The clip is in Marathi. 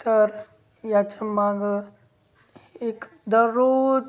तर याच्या मागं एक दररोज